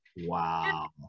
wow